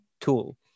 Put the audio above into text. tool